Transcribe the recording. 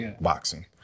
boxing